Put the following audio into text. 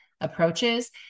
approaches